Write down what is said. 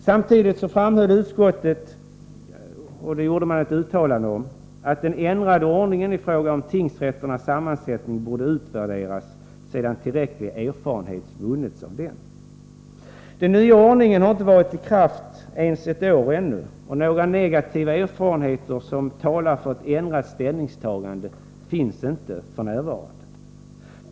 Samtidigt gjorde utskottet ett uttalande om att den ändrade ordningen i fråga om tingsrätternas sammansättning borde utvärderas, sedan tillräcklig erfarenhet vunnits av den. Den nya ordningen har inte varit i kraft ens ett år. Några negativa erfarenheter, som talar för ett ändrat ställningstagande, har hittills inte gjorts.